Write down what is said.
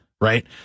right